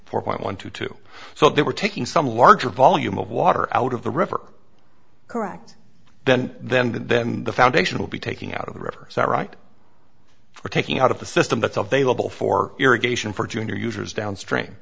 four point one two two so they were taking some larger volume of water out of the river correct then then that then the foundational be taking out of the river that right we're taking out of the system that's available for irrigation for junior users downstream